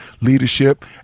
leadership